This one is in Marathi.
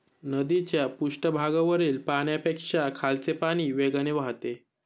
नदीच्या पृष्ठभागावरील पाण्यापेक्षा खालचे पाणी वेगाने वाहते